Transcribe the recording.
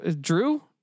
drew